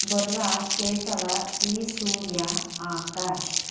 Borra Keshava Sri Surya Akash